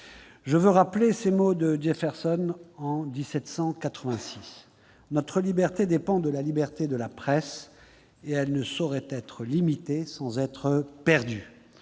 je veux rappeler ces mots de Jefferson en 1786 :« Notre liberté dépend de la liberté de la presse, et elle ne saurait être limitée sans être perdue. »